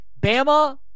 Bama